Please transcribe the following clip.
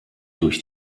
durch